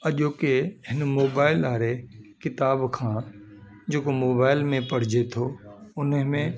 अॼु के हिन मोबाइल वाड़े किताब खां जेको मोबाइल में पढ़जे थो उनमें